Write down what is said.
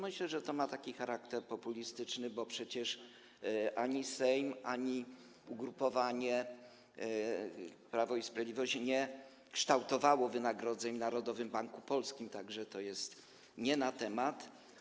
Myślę, że to ma taki charakter populistyczny, bo przecież ani Sejm, ani ugrupowanie Prawo i Sprawiedliwość nie kształtowało wynagrodzeń w Narodowym Banku Polskim, tak że to jest nie na temat.